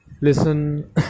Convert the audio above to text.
listen